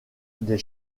des